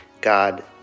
God